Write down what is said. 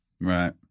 Right